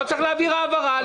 לא צריך להביא שום העברה,